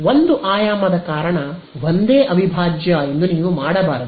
ಒಂದು ಆಯಾಮದ ಕಾರಣ ಒಂದೇ ಅವಿಭಾಜ್ಯ ಎಂದು ನೀವು ಮಾಡಬಾರದು